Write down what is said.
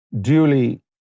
duly